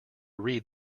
read